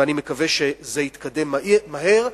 ואני מקווה שזה יתקדם מהר,